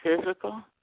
physical